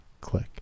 click